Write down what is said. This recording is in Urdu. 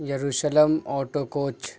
Jerusalem auto coach